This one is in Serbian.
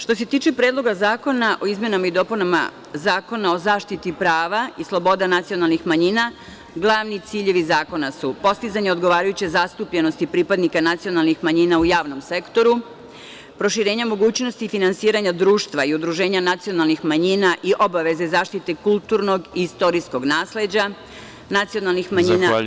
Što se tiče Predloga zakona o izmenama i dopunama Zakona o zaštiti prava i sloboda nacionalnih manjina, glavni ciljevi zakona su postizanje odgovarajuće zastupljenosti pripadnika nacionalnih manjina u javnom sektoru, proširenja mogućnosti finansiranja društva i udruženja nacionalnih manjina i obaveze zaštite kulturnog, istorijskog nasleđa nacionalnih manjina…